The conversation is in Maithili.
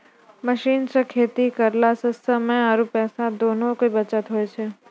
मशीन सॅ खेती करला स समय आरो पैसा दोनों के बचत होय छै